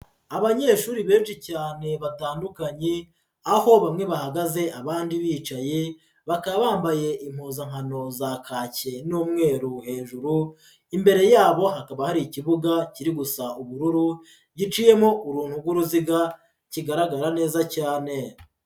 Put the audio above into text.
Abanyeshuri benshi cyane batandukanye, aho bamwe bahagaze abandi bicaye, bakaba bambaye impuzankano za kake n'umweru hejuru, imbere yabo hakaba hari ikibuga kiri gusa ubururu, giciyemo uruntu rw'uruziga kigaragara neza cyane.